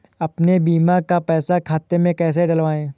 अपने बीमा का पैसा खाते में कैसे डलवाए?